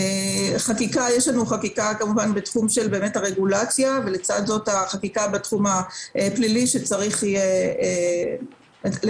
יש חקיקה בתחום הרגולציה ולצד זאת חקיקה בתחום הפלילי שצריך יהיה לתקן.